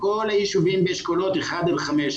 כל באשכולות 1-5,